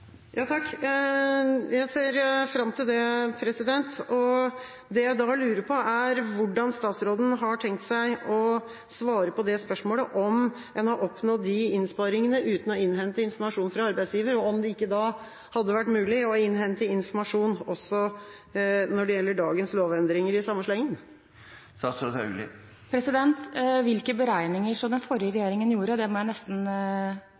Jeg ser fram til det. Det jeg da lurer på, er hvordan statsråden har tenkt å svare på spørsmålet om en har oppnådd de innsparingene uten å innhente informasjon fra arbeidsgiver. Hadde det ikke vært mulig å innhente informasjon også når det gjelder dagens lovendringer i samme slengen? Hvilke beregninger den forrige regjeringen gjorde, må jeg